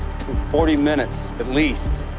forty minutes, at least,